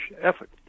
effort